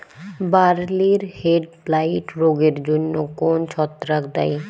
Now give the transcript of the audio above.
বার্লির হেডব্লাইট রোগের জন্য কোন ছত্রাক দায়ী?